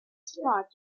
showed